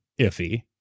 iffy